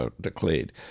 declared